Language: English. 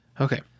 Okay